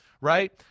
right